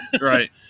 Right